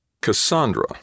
Cassandra